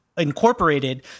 Incorporated